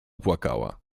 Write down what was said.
płakała